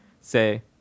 say